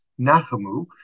Nachamu